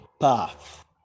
path